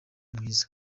mwiza